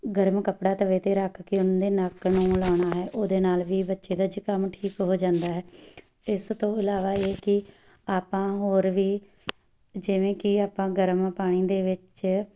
ਗਰਮ ਕੱਪੜਾ ਤਵੇ 'ਤੇ ਰੱਖ ਕੇ ਉਹਦੇ ਨੱਕ ਨੂੰ ਲਾਉਣਾ ਹੈ ਉਹਦੇ ਨਾਲ ਵੀ ਬੱਚੇ ਦਾ ਜ਼ੁਕਾਮ ਠੀਕ ਹੋ ਜਾਂਦਾ ਹੈ ਇਸ ਤੋਂ ਇਲਾਵਾ ਇਹ ਕਿ ਆਪਾਂ ਹੋਰ ਵੀ ਜਿਵੇਂ ਕਿ ਆਪਾਂ ਗਰਮ ਪਾਣੀ ਦੇ ਵਿੱਚ